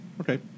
Okay